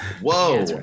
Whoa